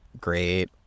great